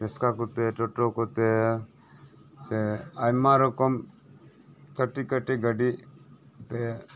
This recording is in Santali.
ᱨᱤᱠᱥᱟ ᱠᱚᱛᱮ ᱴᱳᱴᱳ ᱠᱚᱛᱮ ᱥᱮ ᱟᱭᱢᱟ ᱨᱚᱠᱚᱢ ᱠᱟᱴᱤᱜ ᱠᱟᱴᱤᱜ ᱜᱟᱹᱰᱤ ᱛᱮ